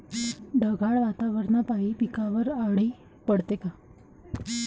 ढगाळ वातावरनापाई पिकावर अळी पडते का?